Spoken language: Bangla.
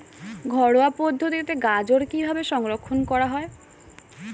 ঘরোয়া পদ্ধতিতে গাজর কিভাবে সংরক্ষণ করা?